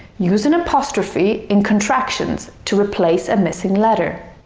use an apostrophe in contractions to replace a missing letter.